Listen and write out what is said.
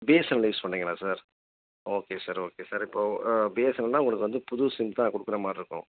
BSNL use பண்ணுறிங்களா sir okay sir okay sir இப்போது பிஎஸ்என்எல்னால் உங்களுக்கு வந்து புது சிம் தான் கொடுக்கற மாதிரி இருக்கும்